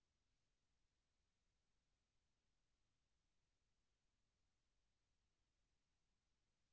ನಾನು ಸಾಲಕ್ಕೆ ಅರ್ಜಿ ಸಲ್ಲಿಸಲು ಅರ್ಹನಾಗಿದ್ದೇನೆ ಎಂದು ನನಗ ತಿಳಿಯುವುದು ಹೆಂಗ?